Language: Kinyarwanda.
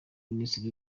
minisiteri